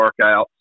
workouts